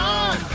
on